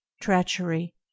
treachery